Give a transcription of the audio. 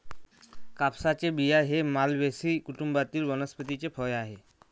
कापसाचे बिया हे मालवेसी कुटुंबातील वनस्पतीचे फळ आहे